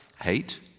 hate